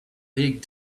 big